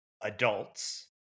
adults